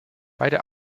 beide